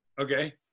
Okay